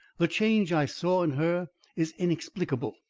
the change i saw in her is inexplicable.